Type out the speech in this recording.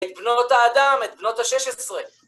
את בנות האדם, את בנות השש עשרה.